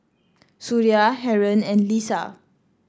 Suria Haron and Lisa